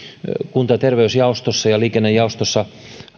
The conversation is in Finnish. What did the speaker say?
kunta ja terveysjaostossa ja liikennejaostossa